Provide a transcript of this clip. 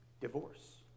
Divorce